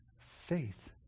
faith